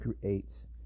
creates